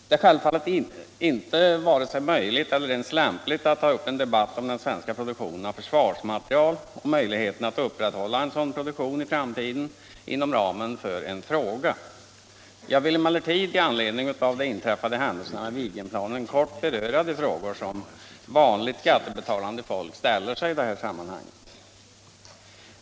Det är självfallet inte vare sig möjligt eller ens lämpligt att inom ramen för en fråga ta upp en debatt om den svenska produktionen av försvarsmateriel och förutsättningarna för att upprätthålla en sådan produktion Om följderna av konstruktionsfel hos flygplanet Viggen värnpliktigas privatbilar till motorvärmaruttag på förbanden i framtiden: Jag vill emellertid med anledning av de inträffade händelserna med Viggenplanen kort beröra de frågor som vanligt skattebetalande folk ställer sig.